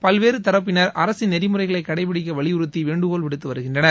பல்வேறு தரப்பினர் அரசின் நெறிமுறைகளை கடைபிடிக்க வலியுறுத்தி வேண்டுகோள்விடுத்து வருகின்றனர்